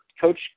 coach